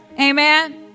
Amen